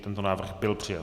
Tento návrh byl přijat.